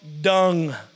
dung